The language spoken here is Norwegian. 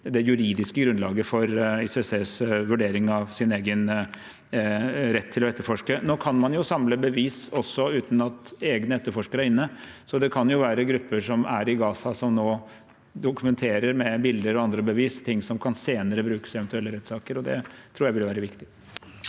som gir det juridiske grunnlaget for ICCs vurdering av sin egen rett til å etterforske. Nå kan man samle bevis også uten at egne etterforskere er inne, så det kan være grupper som er i Gaza som nå dokumenterer med bilder og andre bevis ting som senere kan brukes i eventuelle rettssaker. Det tror jeg vil være viktig.